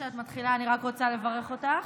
אני רק רוצה לברך אותך.